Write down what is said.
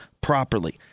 properly